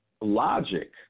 Logic